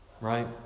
right